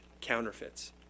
counterfeits